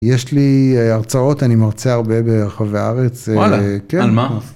יש לי הרצאות, אני מרצה הרבה ברחבי הארץ, וואלה, כן, על מה?